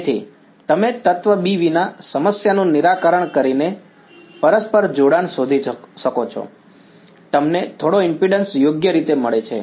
તેથી તમે તત્વ B વિના સમસ્યાનું નિરાકરણ કરીને પરસ્પર જોડાણ શોધી શકો છો તમને થોડો ઈમ્પિડ્ન્સ યોગ્ય રીતે મળે છે